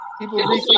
people